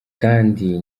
kandi